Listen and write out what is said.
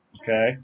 Okay